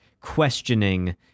questioning